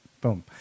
Boom